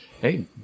Hey